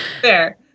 Fair